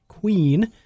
Queen